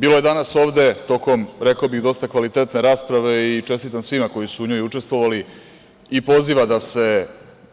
Bilo je danas ovde tokom, rekao bih, dosta kvalitetne rasprave i čestitam svima koji su u njoj učestvovali i poziva da se